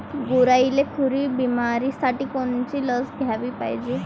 गुरांइले खुरी बिमारीसाठी कोनची लस द्याले पायजे?